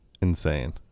Insane